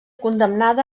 condemnada